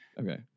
Okay